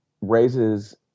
raises